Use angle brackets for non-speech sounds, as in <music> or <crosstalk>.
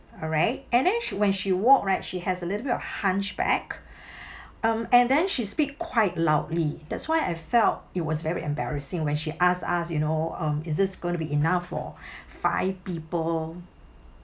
alright and then she when she walk right she has a little bit of hunchback <breath> um and then she speak quite loudly that's why I felt it was very embarrassing when she asked us you know um is this gonna be enough for <breath> five people